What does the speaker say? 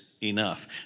enough